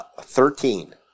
Thirteen